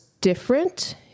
different